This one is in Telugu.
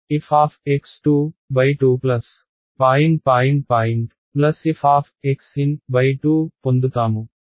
f2 పొందుతాము